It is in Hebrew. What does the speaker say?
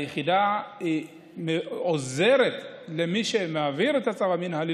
היחידה עוזרת למי שמעביר את הצו המינהלי,